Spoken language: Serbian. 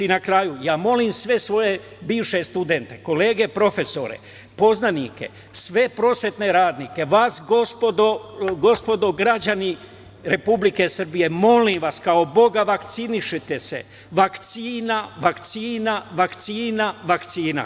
I na kraju, ja molim sve svoje bivše studente, kolege, profesore, poznanike, sve prosvetne radnike, vas gospodo građani republike Srbije, molim vas kao Boga, vakcinišete se, vakcina, vakcina, vakcina.